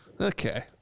Okay